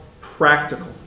practical